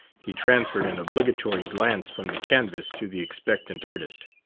he transferred an obligatory glance from the canvas to the expectant artist.